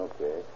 Okay